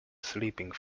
sleeping